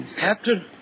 Captain